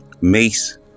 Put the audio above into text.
Mace